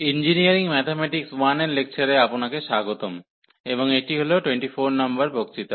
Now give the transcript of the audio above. engineering mathematics 1 এর লেকচারে আপনাকে স্বাগতম এবং এটি হল 24 নম্বর বক্তৃতা